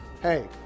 hey